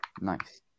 Nice